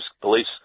police